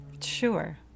Sure